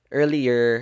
earlier